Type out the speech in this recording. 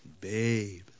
Babe